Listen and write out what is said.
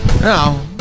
No